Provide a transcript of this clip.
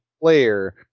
player